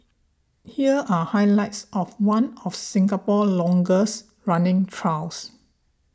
here are highlights of one of Singapore's longest running trials